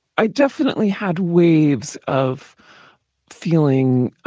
i definitely had waves of feeling